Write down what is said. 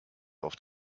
oft